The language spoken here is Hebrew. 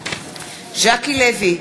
ז'קי לוי,